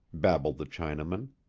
babbled the chinaman.